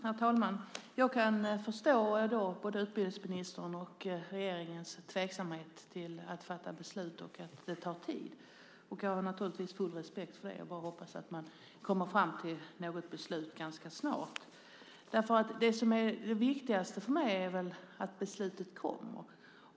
Herr talman! Jag kan förstå både utbildningsministerns och regeringens tveksamhet till att fatta beslut och att det tar tid. Jag har naturligtvis full respekt för det, men jag hoppas att man kommer fram till något beslut ganska snart. För mig är det viktigast att beslutet fattas.